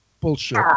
bullshit